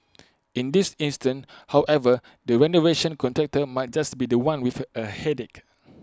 in this instance however the renovation contractor might just be The One with A headache